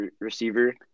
receiver –